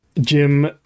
Jim